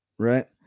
Right